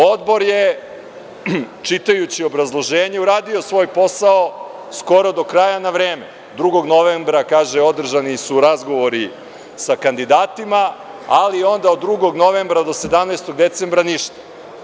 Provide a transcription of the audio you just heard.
Odbor je čitajući obrazloženje uradio svoj posao skoro do kraja na vreme, 2. novembra, kaže, održani su razgovori sa kandidatima, ali onda od 2. novembra do 17. decembra ništa.